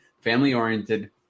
family-oriented